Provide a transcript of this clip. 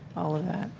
all of that.